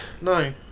No